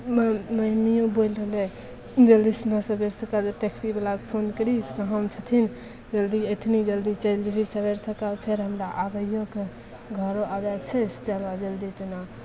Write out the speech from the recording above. म मम्मिओ बोलि रहलै जल्दीसिना सबेर सकाल जे टैक्सीवलाके फोन करही कहाँमे छथिन जल्दी एखन जल्दी चलि जेबही सबेर सकाल फेर हमरा आबैओके घरो आबैके छै चलऽ जल्दीसिना